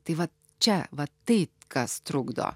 taip vat čia vat tai kas trukdo